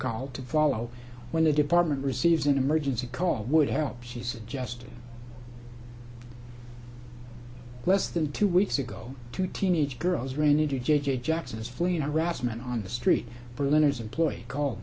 ol to follow when the department receives an emergency call would help she suggested less than two weeks ago two teenage girls ran into jay jay jackson's felina rassmann on the street berliners employ call